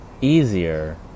easier